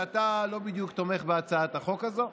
שאתה לא בדיוק תומך בהצעת החוק הזו.